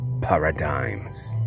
paradigms